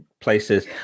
places